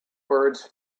birds